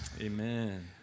Amen